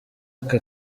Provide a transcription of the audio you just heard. aka